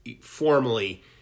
formally